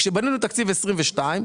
כשבנינו תקציב 22',